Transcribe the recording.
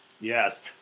yes